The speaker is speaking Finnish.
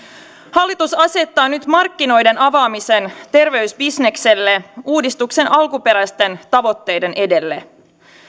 hallitus asettaa nyt markkinoiden avaamisen terveysbisnekselle uudistuksen alkuperäisten tavoitteiden edelle